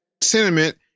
sentiment